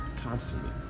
constantly